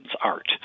art